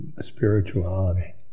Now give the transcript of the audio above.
spirituality